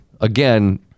again